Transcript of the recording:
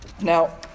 Now